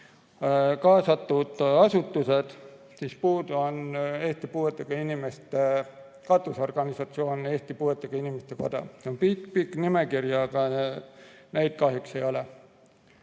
kaasatud asutused, siis nägin, et puudu on Eesti puuetega inimeste katusorganisatsioon Eesti Puuetega Inimeste Koda. On pikk-pikk nimekiri, aga neid kahjuks ei ole.